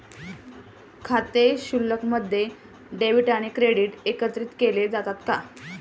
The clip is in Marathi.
खाते शिल्लकमध्ये डेबिट आणि क्रेडिट एकत्रित केले जातात का?